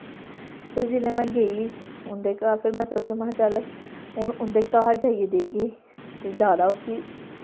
फिर जेल्लै में गेई उं'दे घर फिर में सोचेआ महां चल हून उं'दे घर जाइयै देगी ते ज्यादा उसी